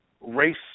Race